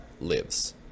lives